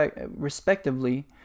respectively